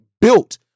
built